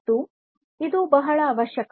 ಮತ್ತು ಇದು ಬಹಳ ಅವಶ್ಯ